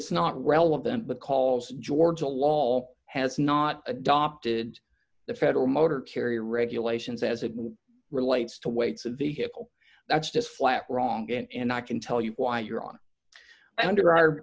it's not relevant because georgia law has not adopted the federal motor carrier regulations as it relates to weights a vehicle that's just flat wrong and i can tell you why you're on under our